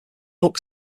look